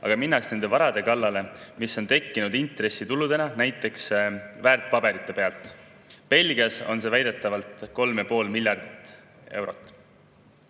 aga minnakse nende varade kallale, mis on tekkinud intressituludena näiteks väärtpaberite pealt. Belgias on seda raha väidetavalt 3,5 miljardit eurot.